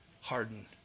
hardened